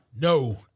No